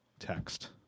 text